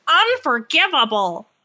unforgivable